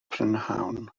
prynhawn